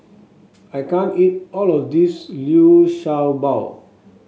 I can't eat all of this Liu Sha Bao